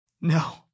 No